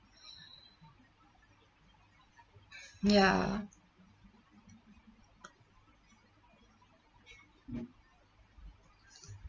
ya